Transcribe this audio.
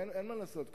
אין מה לעשות.